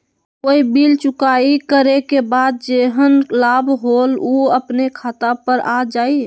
कोई बिल चुकाई करे के बाद जेहन लाभ होल उ अपने खाता पर आ जाई?